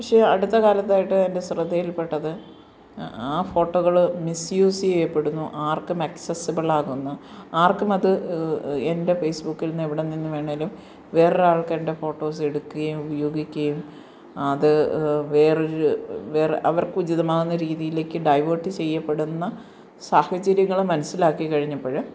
പക്ഷേ അടുത്ത കാലത്തായിട്ട് എൻ്റെ ശ്രദ്ധയിൽപ്പെട്ടത് ആ ഫോട്ടോകൾ മിസ്യൂസ് ചെയ്യപ്പെടുന്നു ആർക്കും അക്സിസിബിളാകുന്നു ആർക്കുമത് എൻ്റെ ഫേസ് ബുക്കിൽന്ന് എവിടെ നിന്ന് വേണേലും വേറൊരാൾക്കാരുടെ ഫോട്ടോസ് എടുക്കുകയും ഉപയോഗിക്കുയും അത് വേറൊരു വേർ അവർക്കുചിതമാകുന്ന രീതിയിലേക്ക് ഡൈവേർട്ട് ചെയ്യപ്പെടുന്ന സാഹചര്യങ്ങൾ മനസ്സിലാക്കി കഴിഞ്ഞപ്പോൾ